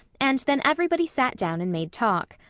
and then everybody sat down and made talk.